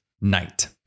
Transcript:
Night